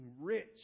rich